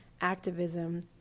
activism